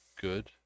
good